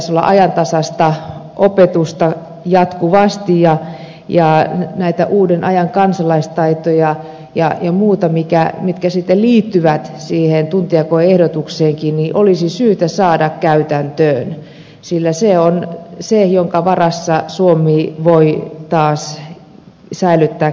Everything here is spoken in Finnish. pitäisi olla ajantasaista opetusta jatkuvasti ja näitä uuden ajan kansalaistaitoja ja muuta mitkä sitten liittyvät siihen tuntijakoehdotukseenkin olisi syytä saada käytäntöön sillä se on se jonka varassa suomi voi taas säilyttää kilpailukykynsäkin